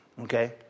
Okay